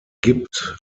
gibt